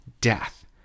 death